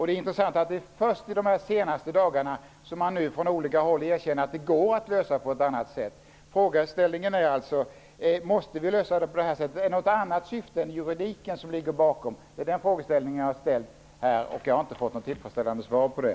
Det intressanta är att det först är de senaste dagarna som man från olika håll erkänner att det går att lösa problemet på annat sätt. Frågeställningen är alltså: Måste vi lösa problemet på det här sättet? Är det något annat syfte än juridiken som ligger bakom? Det är den frågan jag har ställt, och jag har inte fått något tillfredsställande svar på den.